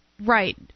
Right